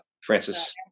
Francis